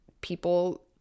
people